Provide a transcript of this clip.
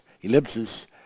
ellipsis